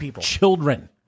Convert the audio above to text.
children